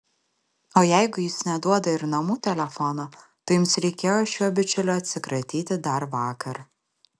o jeigu jis neduoda ir namų telefono tai jums reikėjo šiuo bičiuliu atsikratyti dar vakar